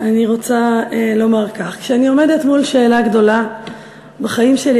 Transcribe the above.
אני רוצה לומר כך: כשאני עומדת מול שאלה גדולה בחיים שלי,